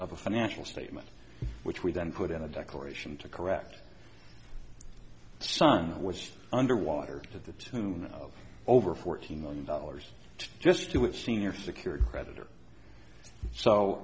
of a financial statement which we then put in a declaration to correct sun was underwater to the tune of over fourteen million dollars just to with senior secured creditor so